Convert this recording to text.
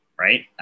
Right